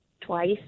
twice